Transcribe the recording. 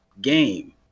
game